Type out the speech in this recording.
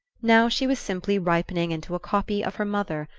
now she was simply ripening into a copy of her mother,